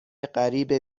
غریبه